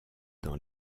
dans